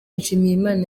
nshimiyimana